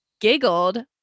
giggled